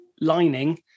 lining